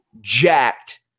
jacked